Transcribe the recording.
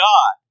God